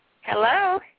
Hello